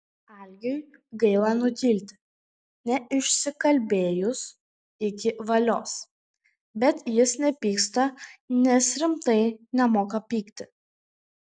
algiui gaila nutilti neišsikalbėjus iki valios bet jis nepyksta nes rimtai nemoka pykti